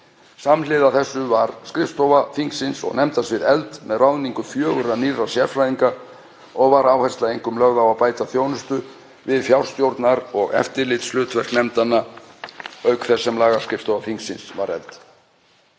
Samhliða þessu var skrifstofa þingsins og nefndasvið eflt með ráðningu fjögurra nýrra sérfræðinga og var áhersla einkum lögð á að bæta þjónustu við fjárstjórnar- og eftirlitshlutverk nefndanna, auk þess sem lagaskrifstofa þingsins var efld.